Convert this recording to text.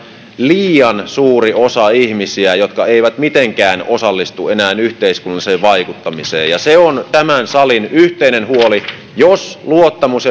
liian suuri osa ihmisiä jotka eivät mitenkään enää osallistu yhteiskunnalliseen vaikuttamiseen ja se on tämän salin yhteinen huoli jos luottamus